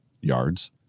yards